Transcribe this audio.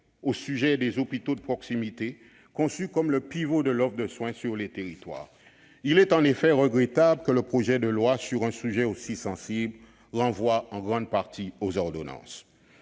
au sujet des hôpitaux de proximité, conçus comme le pivot de l'offre de soins sur les territoires. Il est en effet regrettable que le projet de loi, sur un sujet aussi sensible, renvoie en grande partie à une ordonnance,